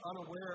unaware